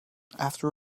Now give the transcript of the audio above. after